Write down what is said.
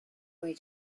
way